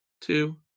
two